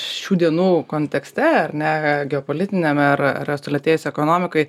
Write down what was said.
šių dienų kontekste ar ne geopolitiniame ar ar sulėtėjus ekonomikai